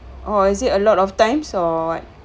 oh is it a lot of times or what